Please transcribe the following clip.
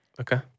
Okay